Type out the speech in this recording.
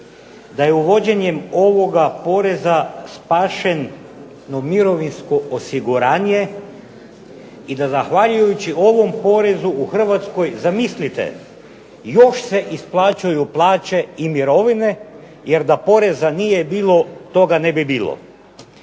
da je uvođenjem ovoga poreza spašeno Mirovinsko osiguranje i da zahvaljujući ovom porezu u Hrvatskoj, zamislite, još se isplaćuju plaće i mirovine jer da poreza nije bilo toga ne bi bilo.